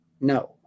no